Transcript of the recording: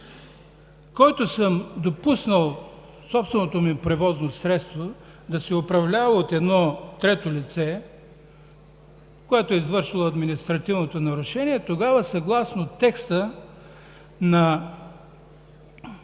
който допускам собственото ми превозно средство да се управлява от трето лице, което е извършило административното нарушение, тогава текстът на